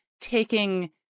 taking